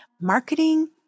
marketing